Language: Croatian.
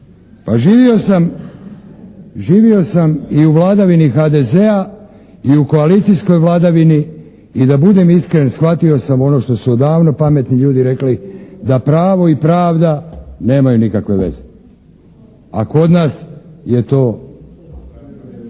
Živio sam i u vladavini HDZ-a i u koalicijskoj vladavini i da budem iskren shvatio sam ono što su odavno pametni ljudi rekli da pravo i pravda nemaju nikakve veze. A kod nas je to…